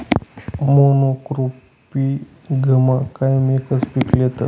मोनॉक्रोपिगमा कायम एकच पीक लेतस